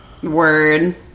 word